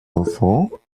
enfants